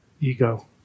ego